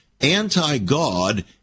anti-God